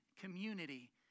community